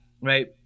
Right